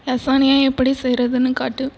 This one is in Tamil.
லசானியா எப்படி செய்றதுன்னு காட்டு